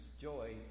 joy